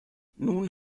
nun